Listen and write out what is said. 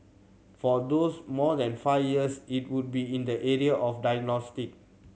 for those more than five years it would be in the area of diagnostic